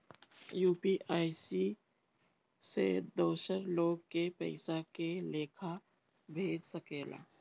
UPI से दोसर लोग के पइसा के लेखा भेज सकेला?